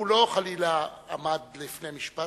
הוא לא חלילה עמד בפני משפט,